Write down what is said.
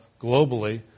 globally